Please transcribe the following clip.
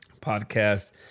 podcast